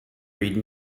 read